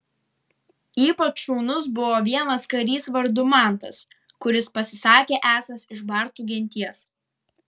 ypač šaunus buvo vienas karys vardu mantas kuris pasisakė esąs iš bartų genties